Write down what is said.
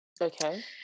okay